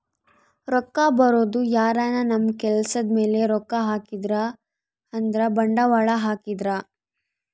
ರೊಕ್ಕ ಬರೋದು ಯಾರನ ನಮ್ ಕೆಲ್ಸದ್ ಮೇಲೆ ರೊಕ್ಕ ಹಾಕಿದ್ರೆ ಅಂದ್ರ ಬಂಡವಾಳ ಹಾಕಿದ್ರ